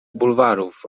bulwarów